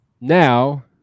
now